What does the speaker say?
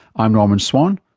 i'm norman swan.